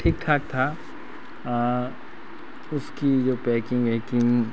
ठीक ठाक था उसकी जो पैकिंग वैकिंग